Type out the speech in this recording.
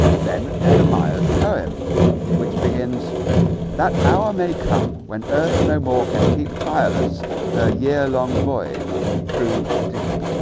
then there's a meyers poem which begins that hour may come when earth no more can keep tireless per year long voyage through the deep